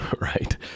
Right